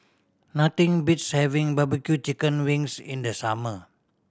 nothing beats having barbecue chicken wings in the summer